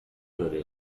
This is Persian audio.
داره